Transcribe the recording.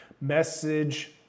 message